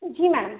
जी ma'am